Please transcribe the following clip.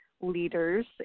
leaders